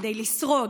כדי לשרוד,